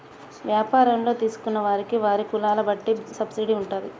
వ్యాపారంలో తీసుకున్న వారికి వారి కులాల బట్టి సబ్సిడీ ఉంటాది